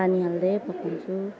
पानी हाल्दै पकाउँछु